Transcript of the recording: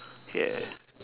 yeah